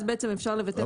אז בעצם אפשר לבטל איתה.